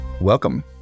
welcome